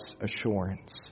assurance